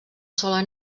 sola